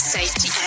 Safety